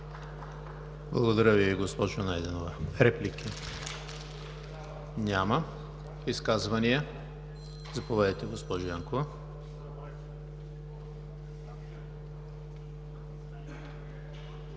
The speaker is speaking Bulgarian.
Благодаря Ви, госпожо Найденова. Реплики? Няма. Изказвания? Заповядайте, госпожо Янкова.